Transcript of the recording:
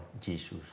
Jesus